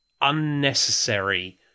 unnecessary